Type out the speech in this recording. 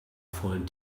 vollen